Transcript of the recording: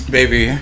Baby